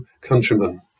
countrymen